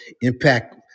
impact